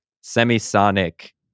semi-sonic